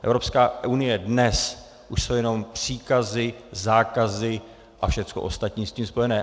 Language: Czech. Evropská unie dnes už jsou jenom příkazy, zákazy a všecko ostatní s tím spojené.